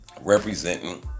representing